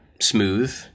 smooth